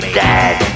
dead